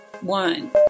one